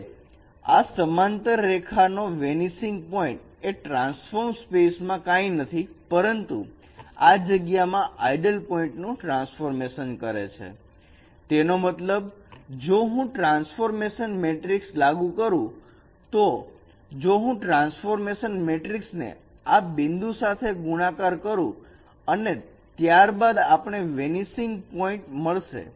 હવે આ સમાંતર રેખાઓ નો વેનીસિંગ પોઇન્ટ એ ટ્રાન્સફોર્મ સ્પેસ માં કાંઈ નથી પરંતુ આ જગ્યામાં આઇડલ પોઇન્ટ નું ટ્રાન્સફોર્મેશન છે તેનો મતલબ જો હું ટ્રાન્સફોર્મેશન મેટ્રિક્સ લાગુ કરું તો જો હું ટ્રાન્સફર મેટ્રિકસ ને આ બિંદુ સાથે ગુણાકાર કરો અને ત્યારબાદ આપણને વેનીસિંગ પોઇન્ટ મળશે